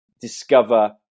discover